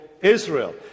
Israel